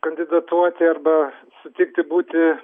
kandidatuoti arba sutikti būti